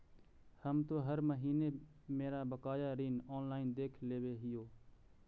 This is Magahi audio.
हम तो हर महीने मेरा बकाया ऋण ऑनलाइन देख लेव हियो